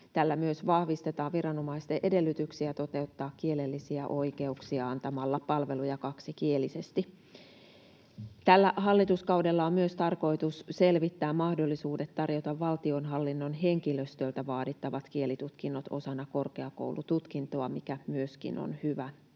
Tällä myös vahvistetaan viranomaisten edellytyksiä toteuttaa kielellisiä oikeuksia antamalla palveluja kaksikielisesti. Tällä hallituskaudella on myös tarkoitus selvittää mahdollisuudet tarjota valtionhallinnon henkilöstöltä vaadittavat kielitutkinnot osana korkeakoulututkintoa, mikä myöskin on hyvä